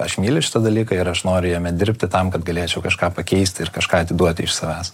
aš myliu šitą dalyką ir aš noriu jame dirbti tam kad galėčiau kažką pakeisti ir kažką atiduoti iš savęs